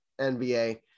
NBA